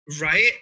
Right